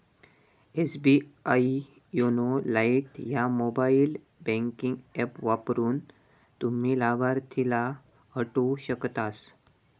SBI YONO Lite ह्या mobile banking app वापरून, तुम्ही लाभार्थीला हटवू शकतास